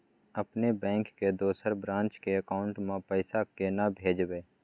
अपने बैंक के दोसर ब्रांच के अकाउंट म पैसा केना भेजबै?